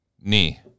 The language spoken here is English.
Knee